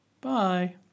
Bye